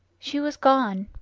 she was gone.